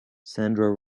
sandra